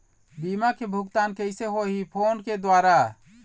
बीमा के भुगतान कइसे होही फ़ोन के द्वारा?